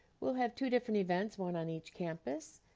we'll have two different events, one on each campus,